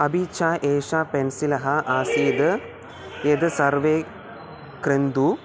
अपि च एषा पेन्सिलः आसीत् यत् सर्वे क्रेतुं